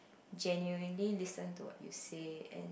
genuinely listen to what you say and